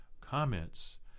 comments